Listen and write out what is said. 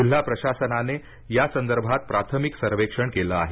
जिल्हा प्रशासनाने या संदर्भात प्राथमिक सर्वेक्षण केलं आहे